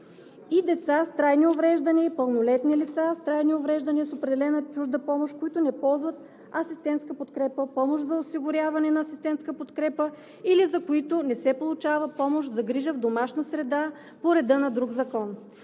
и деца с трайни увреждания – пълнолетни лица с трайни увреждания, с определена чужда помощ, които не ползват асистентската подкрепа, помощ за осигуряването на асистентска подкрепа или за които не се получава помощ за грижа в домашна среда по реда на друг закон.